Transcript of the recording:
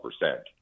percent